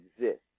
exist